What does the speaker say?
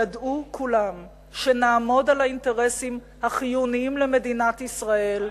ידעו כולם שנעמוד על האינטרסים החיוניים של מדינת ישראל,